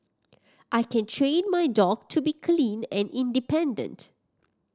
I can train my dog to be clean and independent